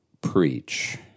preach